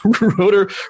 Rotor